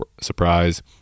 surprise